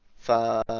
for